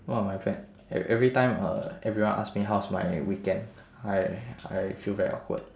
what are my plan ev~ every time uh everyone ask me how's my weekend I I feel very awkward